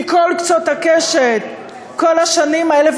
מכל קצות הקשת, כל השנים האלה.